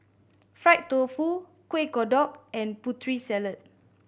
fried tofu Kueh Kodok and Putri Salad